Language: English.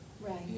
Right